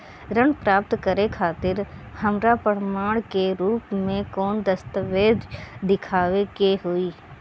ऋण प्राप्त करे खातिर हमरा प्रमाण के रूप में कौन दस्तावेज़ दिखावे के होई?